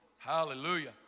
Hallelujah